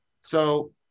So-